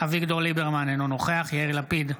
אביגדור ליברמן, אינו נוכח יאיר לפיד,